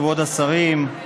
כבוד השרים,